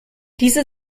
diese